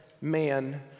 man